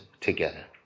together